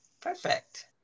Perfect